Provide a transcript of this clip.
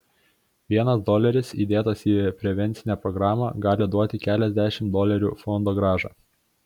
vienas doleris įdėtas į prevencinę programą gali duoti keliasdešimt dolerių fondogrąžą